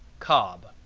cobb